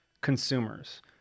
consumers